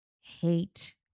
hate